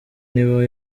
niba